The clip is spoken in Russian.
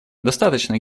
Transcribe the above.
достаточно